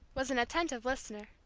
was an attentive listener.